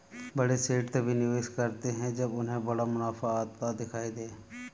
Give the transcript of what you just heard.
बड़े सेठ तभी निवेश करते हैं जब उन्हें बड़ा मुनाफा आता दिखाई दे